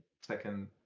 second